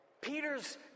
Peter's